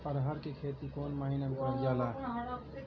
अरहर क खेती कवन महिना मे करल जाला?